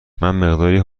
مقداری